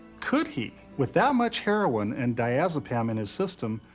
could he, with that much heroin and diazepam in his system,